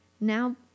now